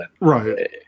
Right